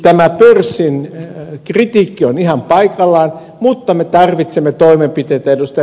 tämä pörssin kritiikki on ihan paikallaan mutta me tarvitsemme toimenpiteitä ed